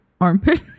armpit